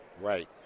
Right